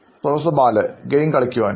professor ബാലഗെയിം കളിക്കുവാനും